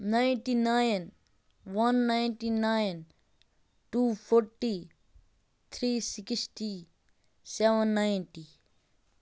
ninety nine one ninety nine two forty three sixty seven ninety